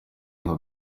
nka